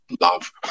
love